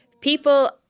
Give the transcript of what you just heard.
people